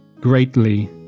greatly